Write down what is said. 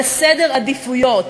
על סדר עדיפויות,